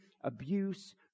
abuse